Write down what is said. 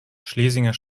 schlesinger